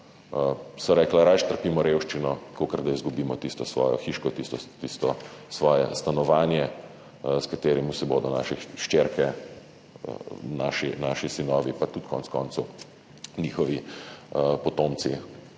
Rekli so, raje trpimo revščino, kakor da izgubimo tisto svojo hiško, tisto svoje stanovanje, s katerim si bodo naše hčerke, naši sinovi pa tudi konec koncev njihovi potomci,